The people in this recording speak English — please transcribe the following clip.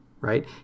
right